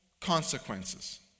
consequences